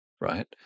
right